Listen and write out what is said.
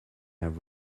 have